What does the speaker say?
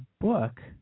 book